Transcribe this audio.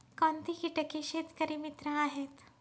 कोणती किटके शेतकरी मित्र आहेत?